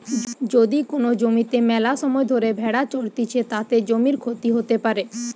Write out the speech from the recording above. যদি কোন জমিতে মেলাসময় ধরে ভেড়া চরতিছে, তাতে জমির ক্ষতি হতে পারে